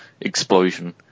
explosion